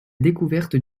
découverte